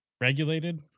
regulated